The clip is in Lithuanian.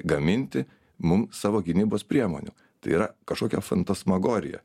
gaminti mum savo gynybos priemonių tai yra kažkokia fantasmagorija